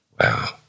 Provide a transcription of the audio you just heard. wow